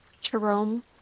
Jerome